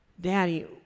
Daddy